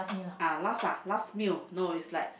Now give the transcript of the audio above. ah last ah last meal no is like